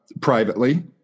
privately